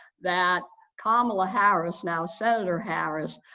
that kamala harris, now senator harris,